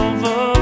Over